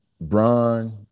Bron